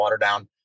Waterdown